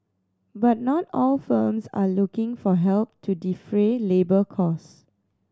but not all firms are looking for help to defray labour cost